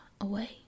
away